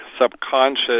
subconscious